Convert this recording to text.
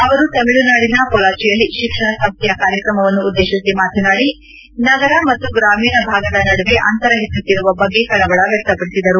ಅವರು ತಮಿಳುನಾಡಿನ ಪೊಲಾಚಿಯಲ್ಲಿ ಶಿಕ್ಷಣ ಸಂಸ್ಥೆಯ ಕಾರ್ಯಕ್ರಮವನ್ನು ಉದ್ದೇಶಿಸಿ ಮಾತನಾದಿ ನಗರ ಮತ್ತು ಗ್ರಾಮೀಣ ಭಾಗದ ನಡುವೆ ಅಂತರ ಹೆಚ್ಚುತ್ತಿರುವ ಬಗ್ಗೆ ಕಳವಳ ವ್ಯಕ್ತಪಡಿಸಿದರು